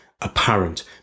apparent